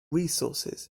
resources